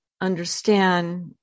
understand